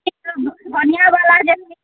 बढ़िआँवला जे